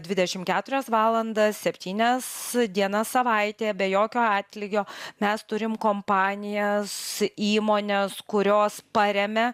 dvidešim keturias valandas septynias dienas savaitėje be jokio atlygio mes turim kompanijas įmones kurios paremia